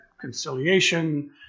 conciliation